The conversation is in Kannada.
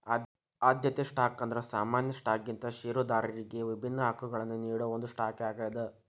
ಆದ್ಯತೆ ಸ್ಟಾಕ್ ಅಂದ್ರ ಸಾಮಾನ್ಯ ಸ್ಟಾಕ್ಗಿಂತ ಷೇರದಾರರಿಗಿ ವಿಭಿನ್ನ ಹಕ್ಕಗಳನ್ನ ನೇಡೋ ಒಂದ್ ಸ್ಟಾಕ್ ಆಗ್ಯಾದ